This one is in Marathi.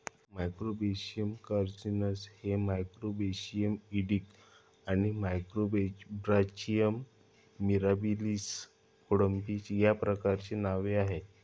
मॅक्रोब्रेशियम कार्सिनस हे मॅक्रोब्रेशियम इडेक आणि मॅक्रोब्रॅचियम मिराबिलिस कोळंबी या प्रजातींचे नाव आहे